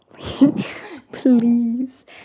please